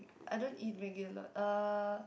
I don't eat Maggie a lot uh